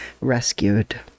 rescued